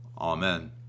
Amen